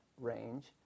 range